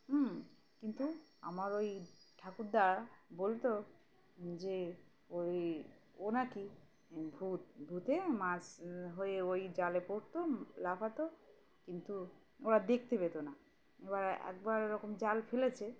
হুম কিন্তু আমার ওই ঠাকুরদা বলতো যে ওই ও নাকি ভূত ভূতে মাছ হয়ে ওই জালে পড়তো লাফাতো কিন্তু ওরা দেখতে পেতো না এবার একবার ওরকম জাল ফেলেছে